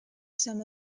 sum